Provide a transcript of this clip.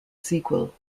sequel